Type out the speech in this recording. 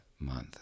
month